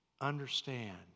understand